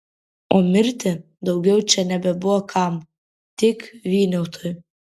o mirti daugiau čia nebebuvo kam tik vyniautui